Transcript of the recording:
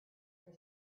for